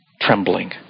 trembling